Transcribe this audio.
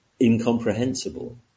incomprehensible